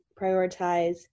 prioritize